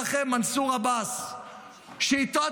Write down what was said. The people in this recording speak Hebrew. האי-אמון, ציינתם שאתם